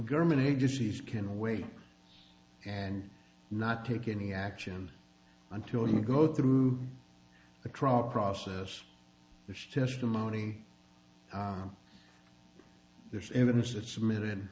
government agencies can wait and not take any action until you go through the trial process the testimony there's evidence that submitted